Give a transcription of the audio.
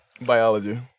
Biology